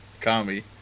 Kami